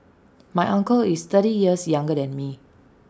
my uncle is thirty years younger than me